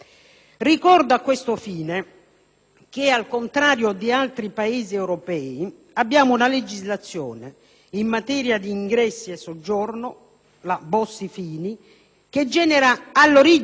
che al contrario di altri Paesi europei abbiamo una legislazione in materia di ingressi e soggiorno, la cosiddetta Bossi-Fini, che genera all'origine clandestinità e irregolarità.